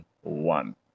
one